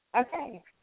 Okay